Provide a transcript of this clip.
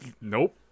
Nope